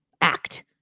act